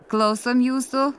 klausom jūsų